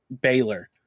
Baylor